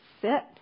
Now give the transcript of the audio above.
sit